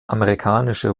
amerikanische